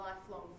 lifelong